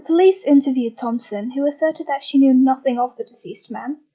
police interviewed thomson, who asserted that she knew nothing of the deceased man.